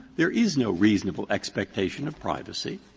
there is no reasonable expectation of privacy